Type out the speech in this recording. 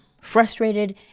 frustrated